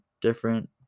different